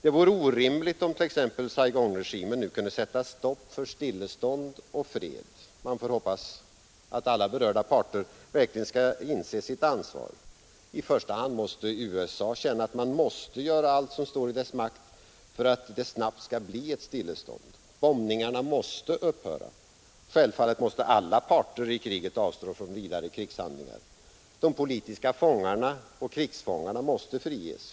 Det vore orimligt om t.ex. Saigonregimen nu kunde sätta stopp för stillestånd och fred. Man får hoppas att alla berörda parter verkligen skall inse sitt ansvar. I första hand måste USA känna att man måste göra allt som står i dess makt för att det snabbt skall bli ett stillestånd. Bombningarna måste upphöra, och självfallet måste alla parter i kriget avstå från vidare krigshandlingar. De politiska fångarna och krigsfångarna måste friges.